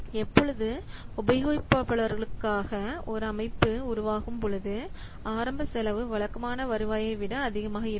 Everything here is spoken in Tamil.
எப்பொழுது உபயோகிப்பவர்களுக்குஆக ஒரு அமைப்பு உருவாகும் பொழுது ஆரம்ப செலவு வழக்கமான வருவாயை விடஅதிகமாக இருக்கும்